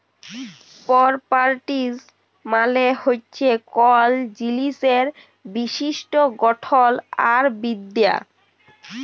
properties মালে হছে কল জিলিসের বৈশিষ্ট গঠল আর বিদ্যা